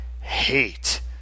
hate